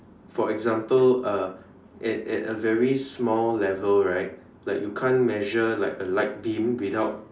for example uh at at a very small level right like you can't measure like a light beam without